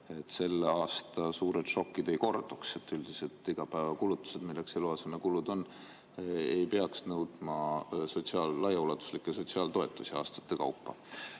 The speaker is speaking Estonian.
selle aasta suured šokid ei korduks. Üldiselt igapäevakulutused, milleks eluasemekulud on, ei peaks nõudma laiaulatuslikke sotsiaaltoetusi aastate kaupa.